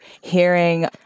hearing